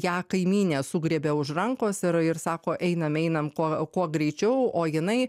ją kaimynė sugriebė už rankos ir ir sako einam einam kuo kuo greičiau o jinai